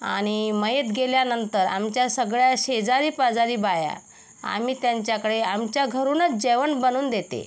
आणि मयत गेल्यानंतर आमच्या सगळ्या शेजारीपाजारी बाया आम्ही त्यांच्याकडे आमच्या घरूनच जेवण बनवून देते